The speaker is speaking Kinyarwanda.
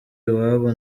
iwabo